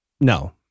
No